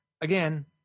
again